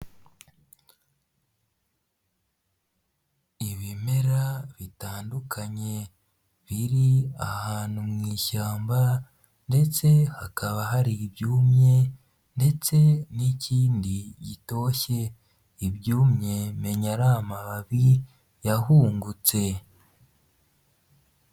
Ibimera bitandukanye biri ahantu mu ishyamba ndetse hakaba hari ibyumye ndetse n'ikindi gitoshye, menya ari amababi yahungutse.